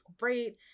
great